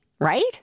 right